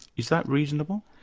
is that reasonable?